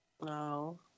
No